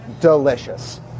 delicious